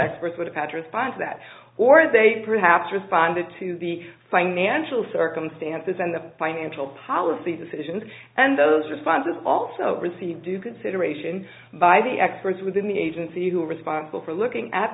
experts would address finds that or they perhaps responded to the financial circumstances and the financial policy decisions and those responses also received do consideration by the experts within the agency who are responsible for looking at